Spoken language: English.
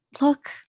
look